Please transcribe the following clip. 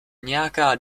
nějaká